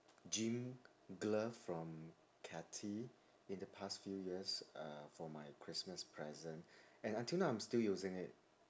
gym glove from katie in the past few years uh for my christmas present and until now I'm still using it